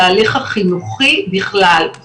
בהתאם לכלל המדיניות של משרד החינוך לכלל התוכניות והנושאים,